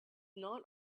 not